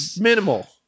minimal